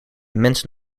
mensen